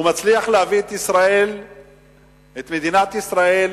הוא מצליח להביא את מדינת ישראל